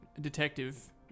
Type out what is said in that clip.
detective